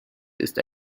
ist